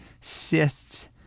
cysts